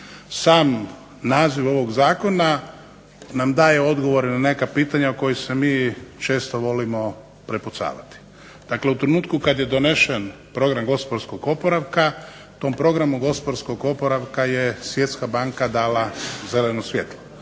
Sam naziv ovog zakona nam daje odgovore na neka pitanja o kojima se mi često volimo prepucavati. Dakle, u trenutku kad je donesen Program gospodarskog oporavka tom Programu gospodarskog oporavka je Svjetska banka dala zeleno svjetlo,